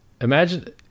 imagine